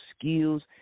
skills